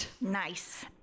Nice